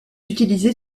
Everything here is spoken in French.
utilisé